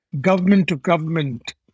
government-to-government